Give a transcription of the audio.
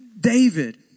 David